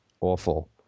awful